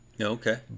Okay